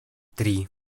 три